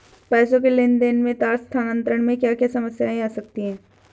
पैसों के लेन देन में तार स्थानांतरण में क्या क्या समस्याएं आ सकती हैं?